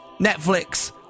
Netflix